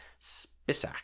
Spisak